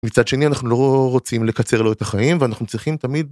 מצד שני אנחנו לא רוצים לקצר לו את החיים ואנחנו צריכים תמיד.